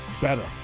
better